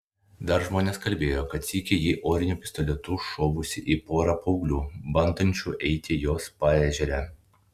dar žmonės kalbėjo kad sykį ji oriniu pistoletu šovusi į porą paauglių bandančių eiti jos paežere